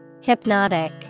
Hypnotic